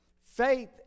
Faith